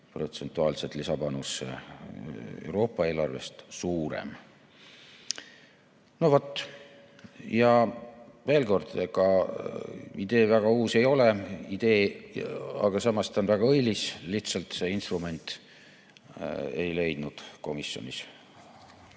protsentuaalselt lisapanus Euroopa eelarvest suurem.No vot. Ja veel kord: ega idee väga uus ei ole, aga samas on see väga õilis, lihtsalt see instrument ei leidnud komisjonis